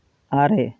ᱟᱨᱮ